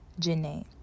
Janae